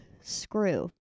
Screw